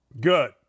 good